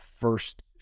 first